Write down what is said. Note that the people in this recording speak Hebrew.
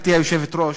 גברתי היושבת-ראש,